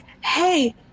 Hey